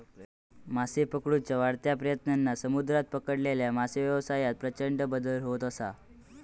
मासे पकडुच्या वाढत्या प्रयत्नांन समुद्रात पकडलेल्या मत्सव्यवसायात प्रचंड बदल होत असा